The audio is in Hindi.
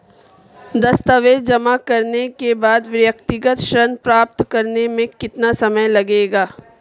दस्तावेज़ जमा करने के बाद व्यक्तिगत ऋण प्राप्त करने में कितना समय लगेगा?